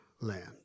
land